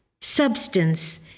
substance